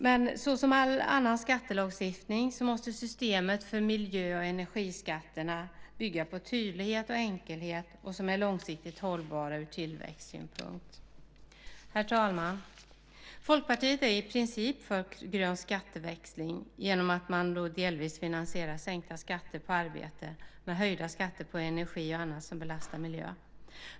Men såsom all annan skattelagstiftning måste systemet för miljö och energiskatterna bygga på tydlighet och enkelhet och vara långsiktigt hållbart ur tillväxtsynpunkt. Herr talman! Folkpartiet är i princip för en grön skatteväxling genom att man delvis finansierar sänkta skatter på arbete med att höja skatter på energi och annat som belastar miljön.